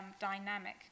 dynamic